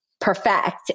perfect